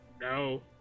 no